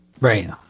right